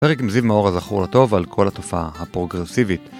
פרק עם זיו מאור הזכור לטוב על כל התופעה הפרוגרסיבית